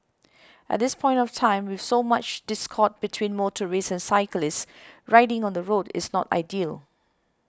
at this point of time with so much discord between motorists and cyclists riding on the road is not ideal